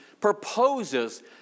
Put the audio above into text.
proposes